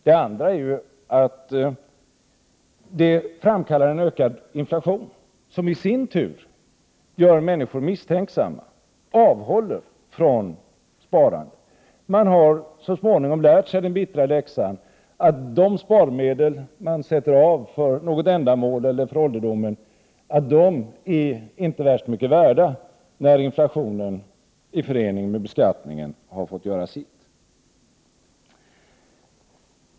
Det andra är ju att det framkallar en ökad inflation, som i sin tur gör människor misstänksamma, avhåller dem från sparande. Man har så småningom lärt sig den bittra läxan att de sparmedel som man sätter av för något ändamål eller för ålderdomen inte är särskilt mycket värda när inflationen i förening med beskattningen har fått göra sitt.